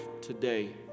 today